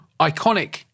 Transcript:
iconic